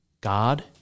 God